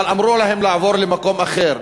אבל אמרו להם לעבור למקום אחר.